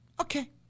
Okay